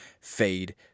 Fade